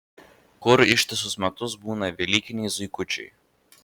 kur ištisus metus būna velykiniai zuikučiai